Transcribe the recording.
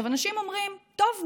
אנשים אומרים: טוב,